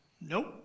Nope